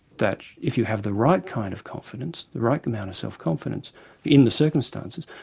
that if you have the right kind of confidence, the right amount of self-confidence in the circumstances,